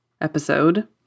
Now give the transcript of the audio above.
episode